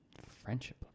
Friendship